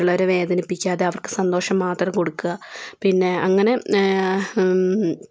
മറ്റുള്ളവരെ വേദനിപ്പിക്കാതെ അവർക്ക് സന്തോഷം മാത്രം കൊടുക്കുക പിന്നേ അങ്ങനേ